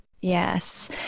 Yes